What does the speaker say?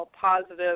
positive